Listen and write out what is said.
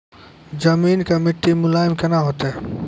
जमीन के मिट्टी मुलायम केना होतै?